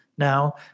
now